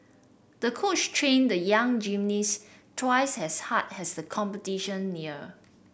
the coach trained the young gymnast twice as hard as the competition neared